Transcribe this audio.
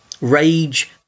rage